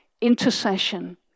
Intercession